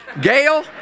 Gail